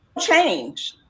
change